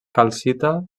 calcita